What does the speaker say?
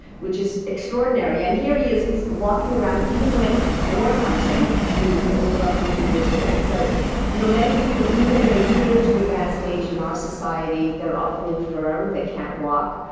which is extraordinary. and here he is. he's walking around he even went boar hunting when he was over one ah hundred years old. so you know many people, even if they do live to advanced age in our society, they're often infirm. they can't walk.